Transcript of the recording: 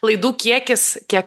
laidų kiekis kiek